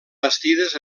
bastides